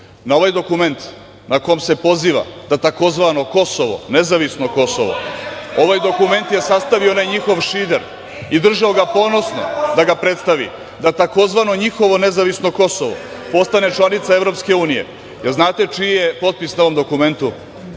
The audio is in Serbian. Na ovaj dokument na kom se poziva na tzv. Kosovo, nezavisno Kosovo, ovaj dokument je sastavio onaj njihov Šider i držao ga ponosno da ga predstavi da tzv. njihovo nezavisno Kosovo postane članica EU. Da li znate čiji je potpis na tom dokumentu?